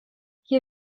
hier